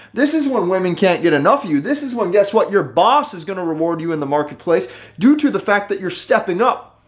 this is when women can't get enough you this is what guess what your boss is going to reward you in the marketplace due to the fact that you're stepping up.